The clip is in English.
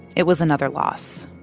it was another loss.